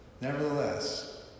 nevertheless